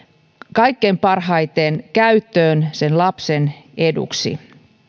kaikkein parhaiten käyttöön lapsen eduksi